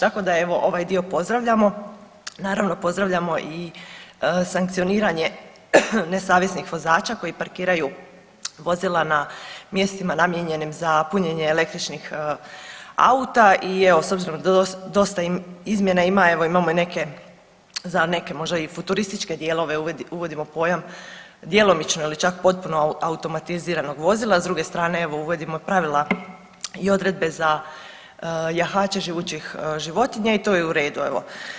Tako da evo ovaj dio pozdravljamo, naravno pozdravljamo i sankcioniranje nesavjesnih vozača koji parkiraju vozila na mjestima namijenjenim za punjenje električnih auta i evo s obzirom da dosta izmjena ima, evo imamo i neke, za neke možda i futurističke dijelove uvodimo pojam djelomično ili čak potpuno automatiziranog vozila, s druge strane evo uvodimo pravila i odredbe za jahače živućih životinja i to je u redu evo.